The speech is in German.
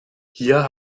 hier